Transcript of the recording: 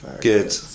Good